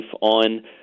on